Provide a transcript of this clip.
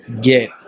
get